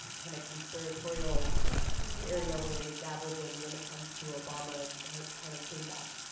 kind of conspiratorial area where they dabbled in when it comes to obama kind of came back